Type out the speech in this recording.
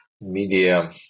Media